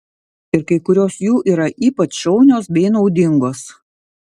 ir kai kurios jų yra ypač šaunios bei naudingos